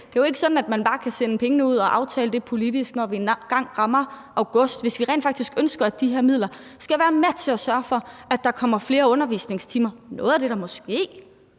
Det er jo ikke sådan, at man bare kan sende pengene ud og aftale det politisk, når vi engang rammer august? Hvis vi rent faktisk ønsker, at de her midler skal være med til at sørge for, at der kommer flere undervisningstimer – noget af det, der måske